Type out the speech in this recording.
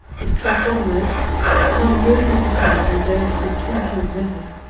it crept onward among ruinous houses and over the twinkling river.